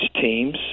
teams